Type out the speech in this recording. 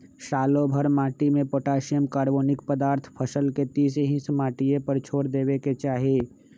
सालोभर माटिमें potassium, carbonic पदार्थ फसल के तीस हिस माटिए पर छोर देबेके चाही